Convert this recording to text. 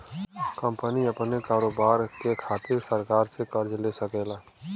company अपने कारोबार के खातिर सरकार से कर्ज ले सकेला